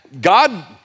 God